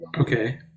Okay